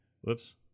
Whoops